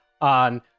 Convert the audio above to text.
on